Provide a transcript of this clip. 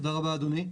תודה רבה, אדוני.